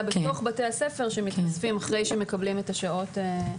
בתוך בתי הספר אחרי שמקבלים את השעות.